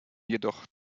jedoch